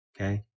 okay